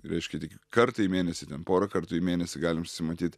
reiškia tik kartą į mėnesį porą kartų į mėnesį galim susimatyt